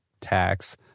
tax